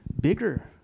bigger